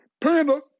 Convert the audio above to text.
Panda